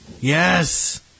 Yes